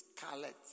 scarlet